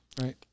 Right